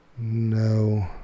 No